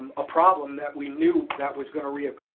a problem that we knew that was gonna reoccur.